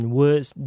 words